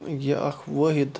یہِ اَکھ وٲحِد